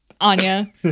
Anya